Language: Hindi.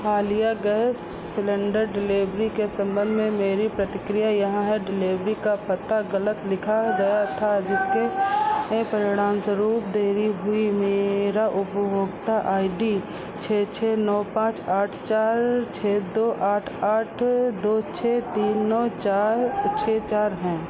हालिया गैस सिलेंडर डिलीवरी के संबंध में मेरी प्रतिक्रिया यहां है डिलीवरी का पता गलत लिखा गया था जिसके परिणामस्वरूप देरी हुई मेरा उपभोक्ता आई डी छः छः नौ पाँच आठ चार छः दो आठ आठ दो छः तीन नौ चार छः चार है